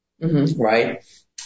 right